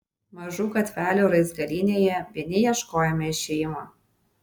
mažų gatvelių raizgalynėje vieni ieškojome išėjimo